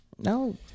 No